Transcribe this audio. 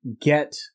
get